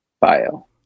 bio